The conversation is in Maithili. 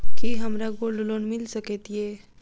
की हमरा गोल्ड लोन मिल सकैत ये?